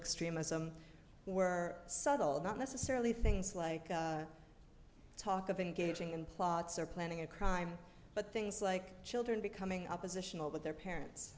extremism were subtle not necessarily things like talk of engaging in plots or planning a crime but things like children becoming oppositional with their parents